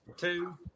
two